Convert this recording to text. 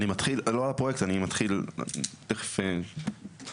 אני מתחיל לא הפרויקט אני מתחיל תיכף ברשותך.